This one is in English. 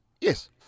Yes